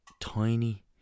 tiny